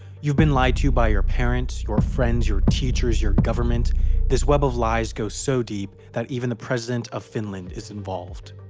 you've been lied to by your parents, your friends, your teachers, your government this web of lies goes so deep that even the president of finland is involved.